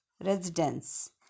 residence